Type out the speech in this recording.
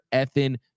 Ethan